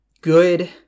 good